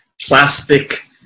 Plastic